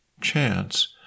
chance